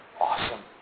Awesome